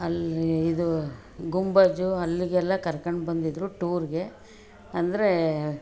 ಅಲ್ಲಿ ಇದು ಗುಂಬಜ್ ಅಲ್ಲಿಗೆಲ್ಲ ಕರ್ಕೊಂಡು ಬಂದಿದ್ದರು ಟೂರಿಗೆ ಅಂದರೆ